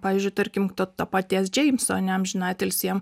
pavyzdžiui tarkim to paties džeimso ane amžiną atilsį jam